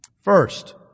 First